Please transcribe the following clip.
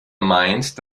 meint